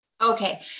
Okay